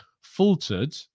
faltered